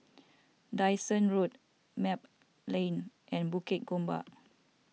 Dyson Road Map Lane and Bukit Gombak